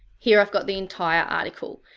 here i've got the entire article.